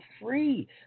free